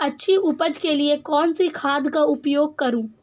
अच्छी उपज के लिए कौनसी खाद का उपयोग करूं?